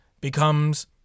becomes